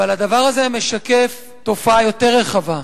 אבל הדבר הזה משקף תופעה יותר רחבה,